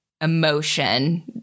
emotion